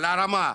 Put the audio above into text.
על הרמה,